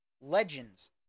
Legends